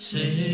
Say